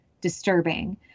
disturbing